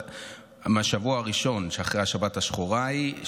מהשבוע הראשון שאחרי השבת השחורה ההיא,